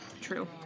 True